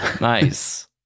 Nice